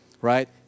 Right